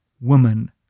woman